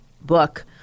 book